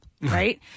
right